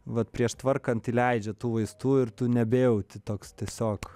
vat prieš tvarkant įleidžia tų vaistų ir tu nebejauti toks tiesiog